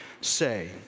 say